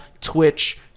twitch